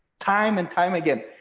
time and time again.